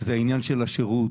עניין השירות,